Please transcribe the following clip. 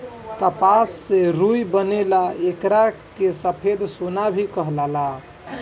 कपास से रुई बनेला एकरा के सफ़ेद सोना भी कहाला